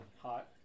Hot